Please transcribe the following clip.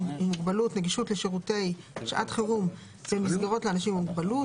מוגבלות (נגישות לשירותי בעת חירום במסגרות לאנשים עם מוגבלות),